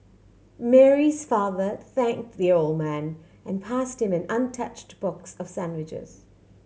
Mary's father thanked the old man and passed him an untouched box of sandwiches